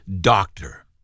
doctor